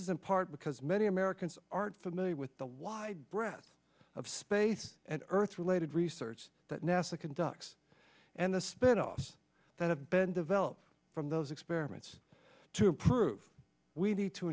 in part because many americans aren't familiar with the wide breath of space and earth related research that nasa conducts and the spinoffs that have been developed from those experiments to improve we need to